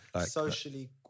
Socially